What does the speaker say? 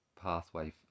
pathway